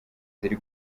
ziri